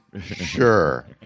Sure